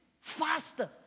faster